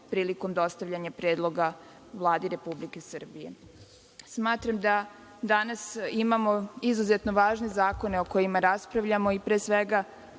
prilikom dostavljanja predloga Vladi Republike Srbije. Smatram da danas imamo izuzetno važne zakone o kojima raspravljamo i pre svega